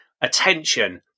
attention